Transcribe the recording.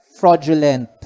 fraudulent